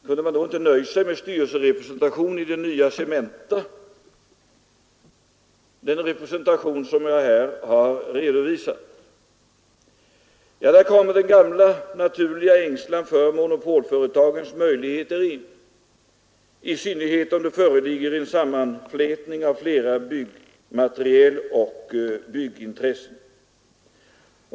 Kunde man då inte nöjt sig med styrelserepresentation i det nya Cementa, den representation som jag här har redovisat? Där kommer den gamla naturliga ängslan för monopolföretagens möjligheter in, i synnerhet om det föreligger en sammanflätning av flera byggmaterieloch byggintressen.